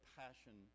passion